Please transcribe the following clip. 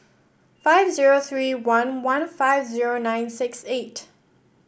five zero three one one five zero nine six eight